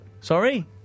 Sorry